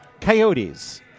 coyotes